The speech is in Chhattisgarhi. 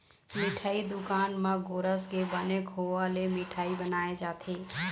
मिठई दुकान म गोरस के बने खोवा ले मिठई बनाए जाथे